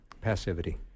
passivity